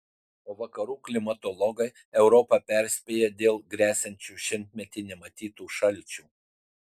o vakarų klimatologai europą perspėja dėl gresiančių šimtmetį nematytų šalčių